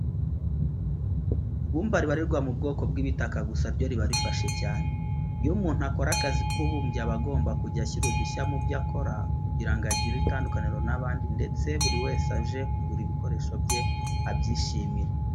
Ibumba ribarirwa mu bwoko bw'ibitaka gusa ryo riba rifashe cyane. Iyo umuntu akora akazi k'ububumbyi aba agomba kujya ashyira udushya mu byo akora kugira ngo agire itandukaniro n'abandi ndetse buri wese uje kugura ibikoresho bye abyishimire.